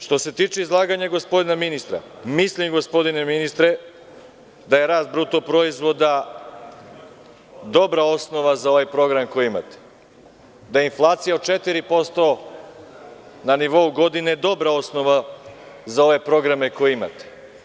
Što se tiče izlaganja gospodina ministra, mislim da je rast bruto proizvoda dobra osnova za ovaj program koji imate, da inflacija od 4% na nivou godine, dobra osnova za ove programe koje imate.